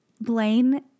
Blaine